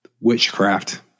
witchcraft